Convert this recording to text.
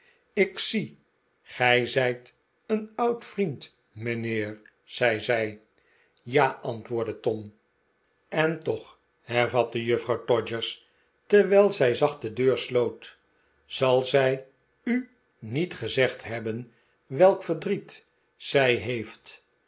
ik zie gij zijt een oud vriend mijnheer zei zij ja antwoordde tom en toch hervatte juffrouw todgers terwijl zij zacht de deur sloot zal zij u niet gezegd hebben welk verdriet zij heeft